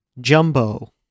Jumbo